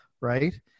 right